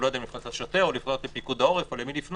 הוא לא יודע אם לפנות לשוטר או לפנות לפיקוד העורף או למי לפנות.